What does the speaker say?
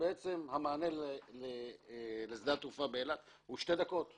ובעצם המענה לשדה התעופה באילת הוא תוך שתי דקות בלבד.